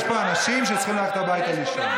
יש פה אנשים שצריכים ללכת הביתה לישון.